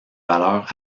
valeurs